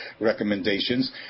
recommendations